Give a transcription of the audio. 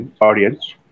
audience